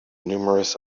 numerous